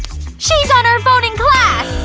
she's on her phone in class!